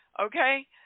Okay